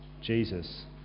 Jesus